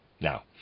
Now